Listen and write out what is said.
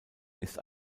ist